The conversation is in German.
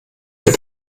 der